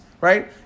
right